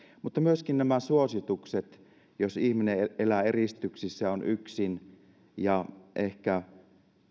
mutta myöskin nämä suositukset jos ihminen elää eristyksissä on yksin ja ehkä